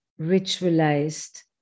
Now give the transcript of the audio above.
ritualized